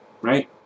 Right